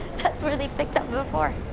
that's where they picked up before.